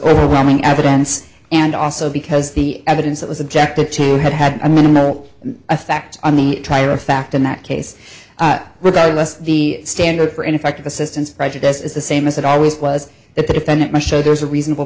overwhelming evidence and also because the evidence that was objected cheney had had a minimal effect on the trier of fact in that case regardless the standard for ineffective assistance of prejudice is the same as it always was that the defendant must show there's a reasonable